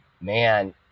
Man